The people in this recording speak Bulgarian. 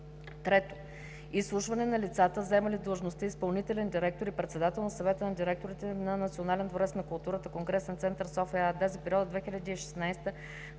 III. Изслушване на лицата, заемали длъжността изпълнителен директор и председател на Съвета на директорите на „Национален дворец на културата – Конгресен център София" ЕАД за периода 2016